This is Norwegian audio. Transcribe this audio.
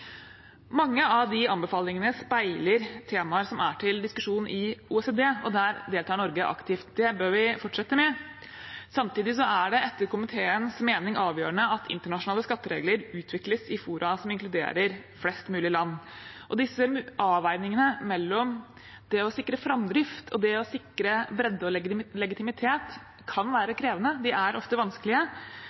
Mange av de anbefalingene speiler temaer som er til diskusjon i OECD, og der deltar Norge aktivt. Det bør vi fortsette med. Samtidig er det, etter komiteens mening, avgjørende at internasjonale skatteregler utvikles i fora som inkluderer flest mulig land. Disse avveiningene mellom det å sikre framdrift og det å sikre bredde og legitimitet kan være krevende, de er ofte vanskelige,